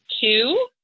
two